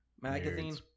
magazine